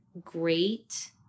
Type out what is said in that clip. Great